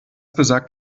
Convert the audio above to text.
besagt